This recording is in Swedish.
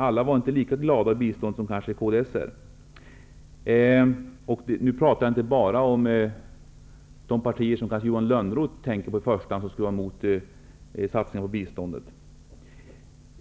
Alla var inte lika glada i biståndet som kds är. Nu talar jag inte bara om de partier som Johan Lönnroth menar i första hand skulle ha varit mot satsningar på biståndet.